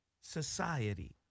society